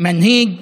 מנהיג